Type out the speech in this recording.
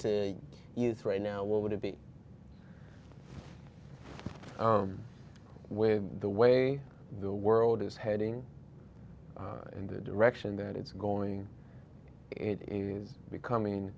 youth right now what would it be with the way the world is heading in the direction that it's going it is becoming